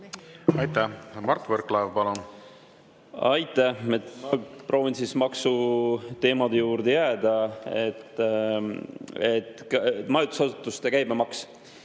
Aitäh! Mart Võrklaev, palun! Aitäh! Ma proovin maksuteemade juurde jääda. Majutusasutuste käibemaksu